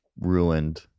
ruined